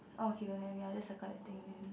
orh okay don't have there's a coloured thing then